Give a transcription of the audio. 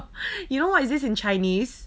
you know what is this in chinese